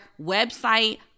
website